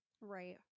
Right